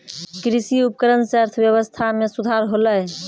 कृषि उपकरण सें अर्थव्यवस्था में सुधार होलय